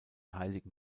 heiligen